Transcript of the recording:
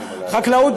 חקלאות,